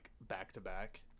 back-to-back